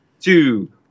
two